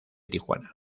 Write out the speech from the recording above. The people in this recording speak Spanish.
tijuana